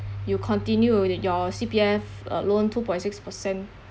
you continue with your C_P_F uh loan two point six percent